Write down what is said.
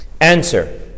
answer